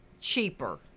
cheaper